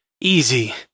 easy